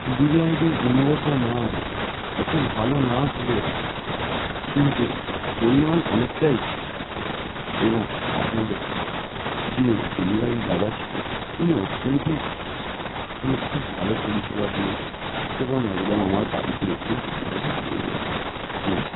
বিরিয়ানিটির গুণগত মান অতো ভালো না হলেও কিন্তু পরিমাণ অনেকটাই ছিল এবং আপনাদের যে ডেলিভারি দাদা ছিল উনি অত্যন্তই ভালো উনি খুব ভালো পরিষেবা দিয়েছে এবং একদম আমার বাড়িতে এসেই ডেলিভারি দিয়ে গেছে নমস্কার